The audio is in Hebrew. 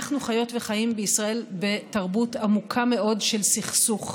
אנחנו חיות וחיים בישראל בתרבות עמוקה מאוד של סכסוך.